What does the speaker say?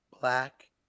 black